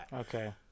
Okay